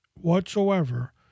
whatsoever